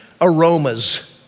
aromas